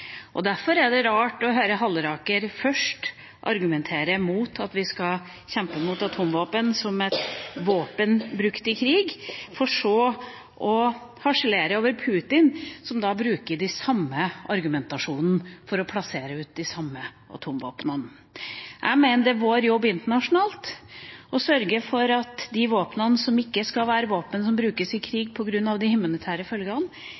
Derfor er det rart å høre representanten Halleraker først argumentere mot at vi skal kjempe mot atomvåpen som våpen brukt i krig, for så å harselere over Putin, som bruker den samme argumentasjonen for å plassere ut de samme atomvåpnene. Jeg mener det er vår jobb internasjonalt å sørge for at de våpnene som ikke skal være våpen som brukes i krig på grunn av de humanitære følgene,